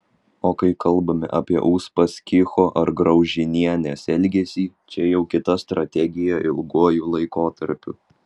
o kai kalbame apie uspaskicho ar graužinienės elgesį čia jau kita strategija ilguoju laikotarpiu